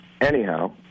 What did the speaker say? Anyhow